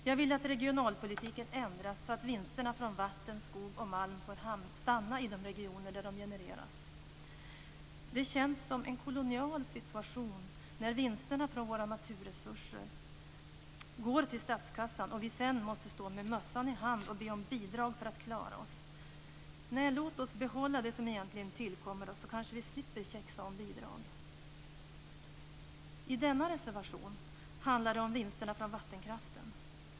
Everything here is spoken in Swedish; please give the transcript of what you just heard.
Jag vill att regionalpolitiken ändras så att vinsterna från vatten, skog och malm får stanna i de regioner där de genereras. Det känns som en kolonial situation när vinsterna från våra naturresurser går till statskassan och vi sedan måste stå med mössan i hand och be om bidrag för att klara oss. Nej, låt oss behålla det som egentligen tillkommer oss så kanske vi slipper käxa om bidrag. I denna reservation handlar det om vinsterna från vattenkraften.